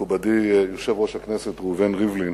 מכובדי יושב-ראש הכנסת ראובן ריבלין,